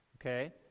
okay